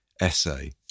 essay